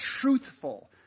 truthful